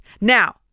Now